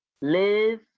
Live